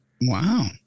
Wow